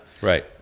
Right